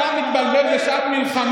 אתה מתבלבל כשאתה אומר, אתה מתבלבל בשעת מלחמה.